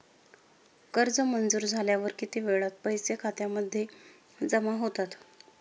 कर्ज मंजूर झाल्यावर किती वेळात पैसे खात्यामध्ये जमा होतात?